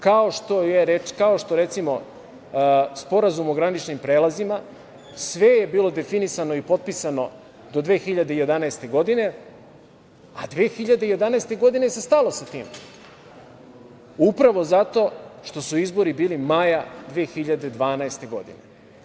Kao što, recimo, Sporazum o graničnim prelazima, sve je bilo definisano i potpisano do 2011. godine, a 2011. godine se stalo sa tim, upravo zato što su izbori bili maja 2012. godine.